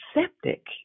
septic